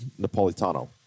Napolitano